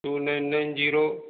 two nine nine zero